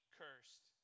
cursed